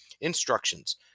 Instructions